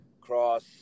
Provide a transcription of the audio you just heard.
cross